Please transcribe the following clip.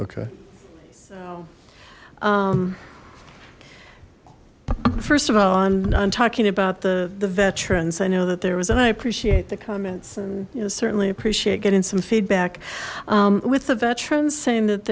okay first of all i'm talking about the the veterans i know that there was and i appreciate the comments and you know certainly appreciate getting some feedback with the veterans saying that